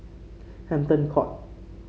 Hampton Court